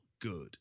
good